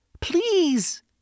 Please